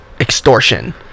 extortion